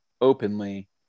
openly